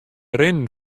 rinnen